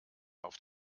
auf